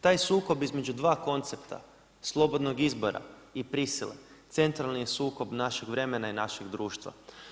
Taj sukob između dva koncepta slobodnog izbora i prisile centralni je sukob našeg vremena i našeg društva.